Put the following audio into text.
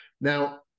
Now